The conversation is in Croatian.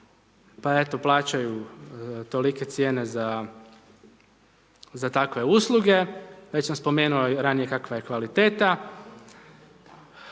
pa eto plaćaju tolike cijene za tave usluge, već sam spomenuo ranije kakva je kvaliteta.